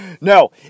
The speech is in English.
No